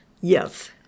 Yes